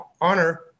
honor